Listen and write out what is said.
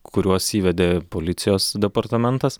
kuriuos įvedė policijos departamentas